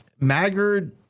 Maggard